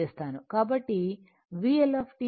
కాబట్టి VL 56